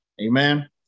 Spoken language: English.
Amen